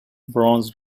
bronze